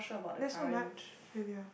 that's not much really ah